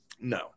No